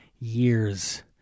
years